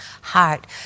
heart